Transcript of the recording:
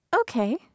Okay